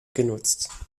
genutzt